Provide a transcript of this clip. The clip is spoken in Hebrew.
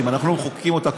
אם אנחנו לא מחוקקים אותה,